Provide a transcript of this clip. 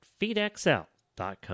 FeedXL.com